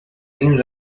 این